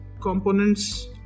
components